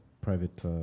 private